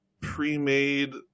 pre-made